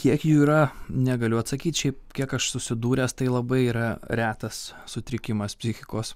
kiek jų yra negaliu atsakyt šiaip kiek aš susidūręs tai labai yra retas sutrikimas psichikos